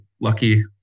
lucky